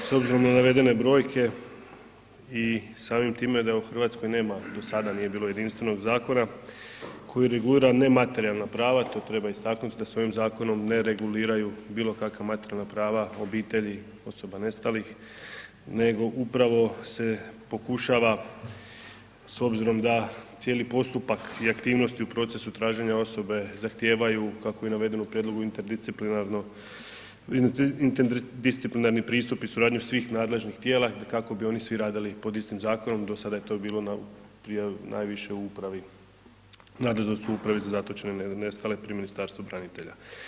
S obzirom na navedene brojke i samim time da u Hrvatskoj nema, do sada nije bilo jedinstvenog zakona koji regulira nematerijalna prava to treba istaknuti da se ovim zakonom ne reguliraju bilo kakva materijalna prava obitelji osoba nestalih, nego upravo se pokušava, s obzirom da cijeli postupak i aktivnosti u procesu traženja osobe zahtijevaju kako je i navedeno u prijedlogu interdisciplinarno, interdisciplinarni pristup i suradnju svih nadležnih tijela kako bi oni svi radili pod istim zakonom, do sada je to bilo najviše u upravi, nadležnost u Upravi za zatočene i nestale pri Ministarstvu branitelja.